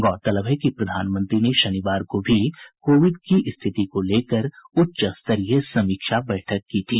गौरतलब है कि प्रधानमंत्री ने शनिवार को भी कोविड की स्थिति को लेकर एक उच्च स्तरीय समीक्षा बैठक की थी